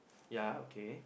ya okay